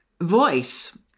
voice